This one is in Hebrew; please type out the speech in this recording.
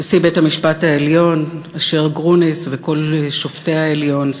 נשיא בית-המשפט העליון אשר גרוניס וכל שופטי העליון,